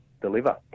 deliver